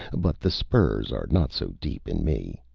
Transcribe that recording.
but the spurs are not so deep in me.